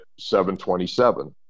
727